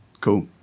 Cool